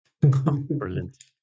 Brilliant